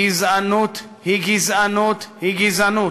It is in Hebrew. גזענות היא גזענות היא גזענות.